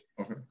Okay